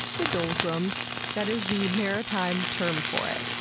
the doldrums that is the maritime term for it.